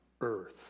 earth